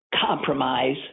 compromise